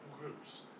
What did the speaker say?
groups